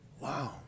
Wow